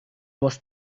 was